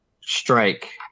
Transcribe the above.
strike